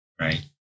Right